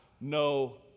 no